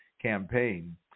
campaign